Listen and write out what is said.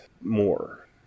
more